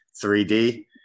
3D